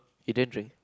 you don't drink